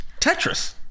Tetris